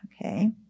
Okay